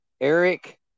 Eric